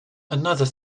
another